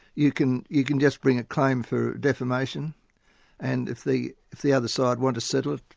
you can you can just bring a claim for defamation and if the if the other side want to settle it,